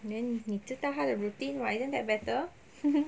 then 你知道他的 routine [what] isn't that better